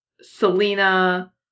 Selena